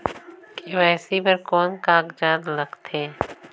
KYC बर कौन का कागजात लगथे?